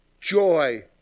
joy